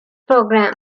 program